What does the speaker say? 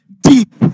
deep